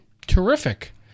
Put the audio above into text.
Terrific